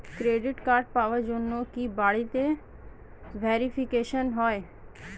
Credit card পাওয়ার জন্য কি বাড়িতে ভেরিফিকেশন হয়?